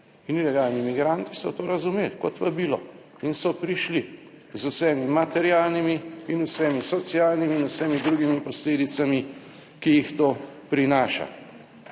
Ilegalni migranti so to razumeli kot vabilo in so prišli z vsemi materialnimi in vsemi socialnimi in vsemi drugimi posledicami, ki jih to prinaša.